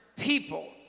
people